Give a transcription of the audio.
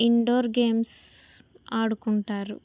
indoor games ఆడుకుంటారు